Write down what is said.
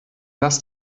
lass